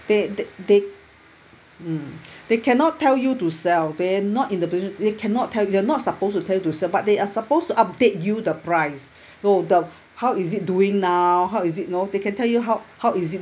they they they mm they cannot tell you to sell they are not in the business to they cannot tell you they're not supposed to sell but they are supposed to update you the price though the how is it doing now how is it know they can tell you how how is it